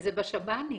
וזה בשב"נים.